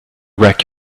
wreck